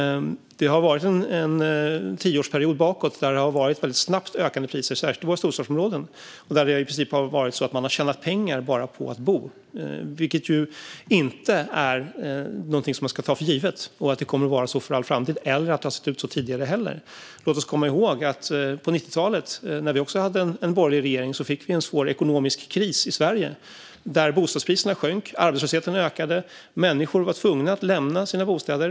Det har varit en tioårsperiod bakåt där det har varit väldigt snabbt ökande priser, särskilt i våra storstadsområden, och där det i princip har varit så att man har tjänat pengar bara på att bo, vilket inte är något som ska tas för givet - att det kommer att vara så för all framtid och heller inte att det har sett ut så tidigare. Låt oss komma ihåg att på 90-talet, när vi också hade en borgerlig regering, fick vi en svår ekonomisk kris i Sverige där bostadspriserna sjönk, arbetslösheten steg och människor var tvungna att lämna sina bostäder.